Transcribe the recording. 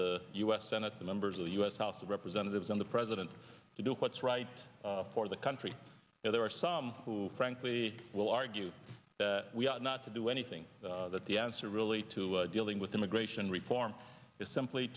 the u s senate the members of the u s house of representatives and the president to do what's right for the country and there are some who frankly will argue that we ought not to do anything that the answer really to dealing with immigration reform is simply